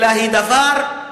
כן, אלא היא דבר טבעי